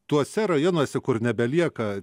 tuose rajonuose kur nebelieka